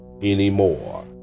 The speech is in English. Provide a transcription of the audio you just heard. anymore